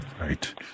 right